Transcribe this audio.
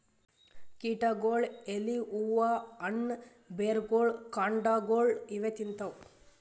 ಕೀಟಗೊಳ್ ಎಲಿ ಹೂವಾ ಹಣ್ಣ್ ಬೆರ್ಗೊಳ್ ಕಾಂಡಾಗೊಳ್ ಇವೇ ತಿಂತವ್